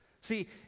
see